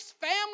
family